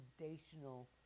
foundational